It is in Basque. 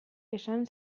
esan